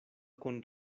con